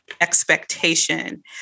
expectation